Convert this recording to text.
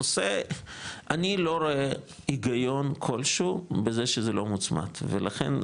אני לא רואה היגיון כלשהו בזה שזה לא מצומד ולכן,